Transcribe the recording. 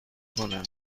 کنم